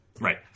Right